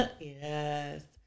Yes